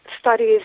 studies